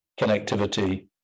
connectivity